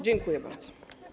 Dziękuję bardzo.